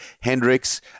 Hendricks